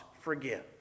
forgive